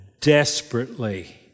desperately